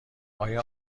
آیا